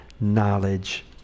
knowledge